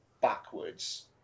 backwards